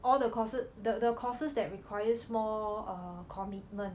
all the courses the the courses that requires more err commitment